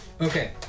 Okay